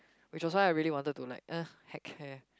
which was why I really wanted to like !ugh! heck care